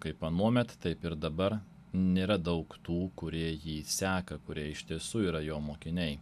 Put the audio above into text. kaip anuomet taip ir dabar nėra daug tų kurie jį seka kurie iš tiesų yra jo mokiniai